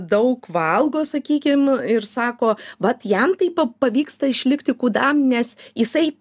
daug valgo sakykim ir sako vat jam taip pa pavyksta išlikti kūdam nes jisai